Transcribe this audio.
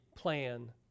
plan